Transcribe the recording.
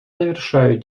завершаю